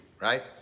right